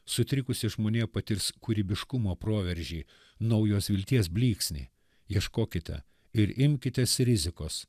sutrikusi žmonija patirs kūrybiškumo proveržį naujos vilties blyksnį ieškokite ir imkitės rizikos